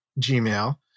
Gmail